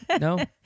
No